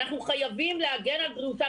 אנחנו חייבים להגן על בריאותם.